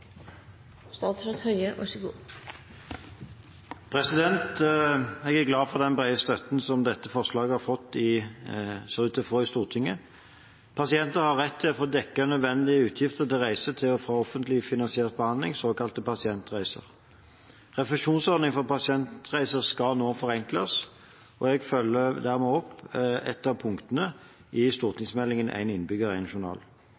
glad for den brede støtten som dette forslaget ser ut til å få i Stortinget. Pasienter har rett til å få dekket nødvendige utgifter til reise til og fra offentlig finansiert behandling, såkalte pasientreiser. Refusjonsordningen for pasientreiser skal nå forenkles, og jeg følger dermed opp et av punktene i Meld. St. nr. 9 for 2012–2013, Én innbygger – én journal.